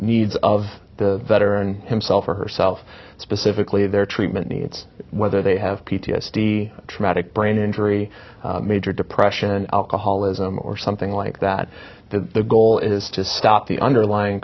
needs of the veteran himself or herself specifically their treatment needs whether they have p t s d traumatic brain injury major depression alcoholism or something like that the goal is to stop the underlying